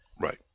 right